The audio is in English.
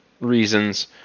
reasons